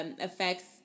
affects